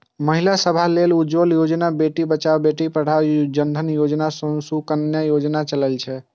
महिला सभ लेल उज्ज्वला योजना, बेटी बचाओ बेटी पढ़ाओ, जन धन योजना, सुकन्या योजना चलै छै